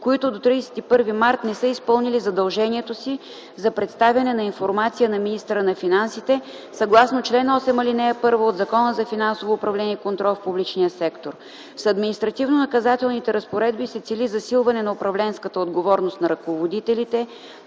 които до 31 март не са изпълнили задължението си за представяне на информация на министъра на финансите, съгласно чл. 8, ал. 1 от Закона за финансовото управление и контрол в публичния сектор. С административнонаказателните разпоредби се цели засилване на управленската отговорност на ръководителите